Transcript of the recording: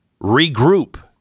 regroup